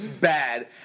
bad